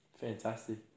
Fantastic